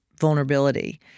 vulnerability